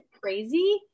crazy